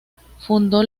fundó